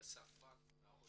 בשפת העולים: